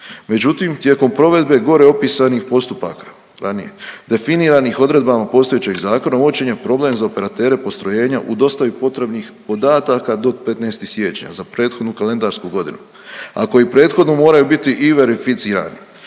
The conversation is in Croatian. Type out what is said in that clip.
Međutim, tijekom provedbe gore opisanih postupaka ranije definiranih odredbama postojećeg zakona uočen je problem za operatere postrojenja u dostavi potrebnih podataka do 15. siječnja za prethodnu kalendarsku godinu, a koji prethodno moraju biti i verificirani.